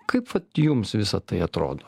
kaip vat jums visa tai atrodo